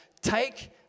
Take